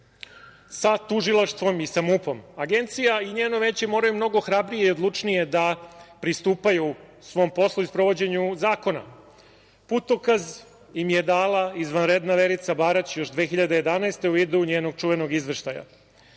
sa Tužilaštvom i sa MUP.Agencija i njeno Veće moraju mnogo hrabrije i odlučnije da pristupaju svom poslu i sprovođenju zakona. Putokaz im je dala izvanredna Verica Barać još 2011. godine u vidu njenog čuvenog izveštaja.